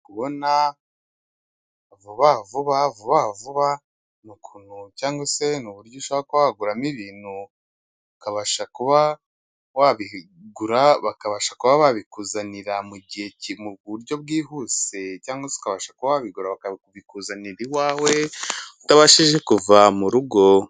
Kubona vubavuba vubavuba ni ukuntu cyangwa se ni uburyo ushabora kuba waguramo ibintu, ukabasha kuba wabigura bakabasha kuba babikuzanira mu buryo bwihuse cyangwa se ukabasha kuba wabigura, bakabikuzanira i wawe, utabashije kuva mu rugo.